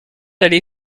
allés